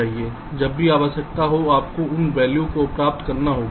जब भी आवश्यकता हो आपको उन वैल्यू को प्राप्त करना होगा